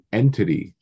entity